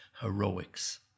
heroics